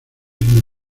sin